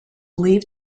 leave